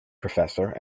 professor